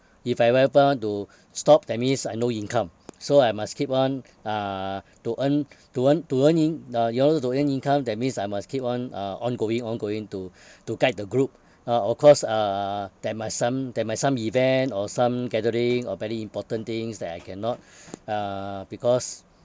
if I ever want to stop that means I no income so I must keep on uh to earn to earn to earn in~ uh in order to earn income that means I must keep on uh ongoing ongoing to to guide the group uh of course uh that might some that might some event or some gathering or very important things that I cannot uh because